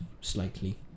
slightly